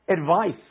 advice